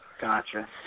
Gotcha